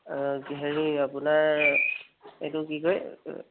অ হেৰি আপোনাৰ এইটো কি কয়